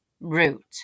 root